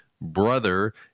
brother